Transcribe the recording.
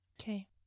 Okay